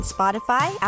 Spotify